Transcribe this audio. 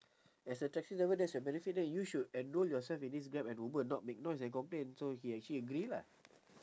as a taxi driver that's your benefit then you should enroll yourself in this grab and uber not make noise and complain so he actually agree lah